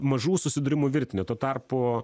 mažų susidūrimų virtinė tuo tarpu